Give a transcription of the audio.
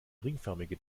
ringförmige